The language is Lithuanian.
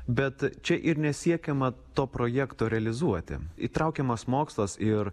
bet čia ir nesiekiama to projekto realizuoti įtraukiamas mokslas ir